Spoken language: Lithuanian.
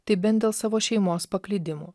tai bent dėl savo šeimos paklydimų